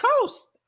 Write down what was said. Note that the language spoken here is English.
coast